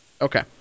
Okay